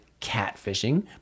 catfishing